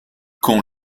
qu’on